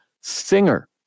singer